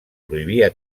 prohibia